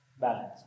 Balance